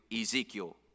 Ezekiel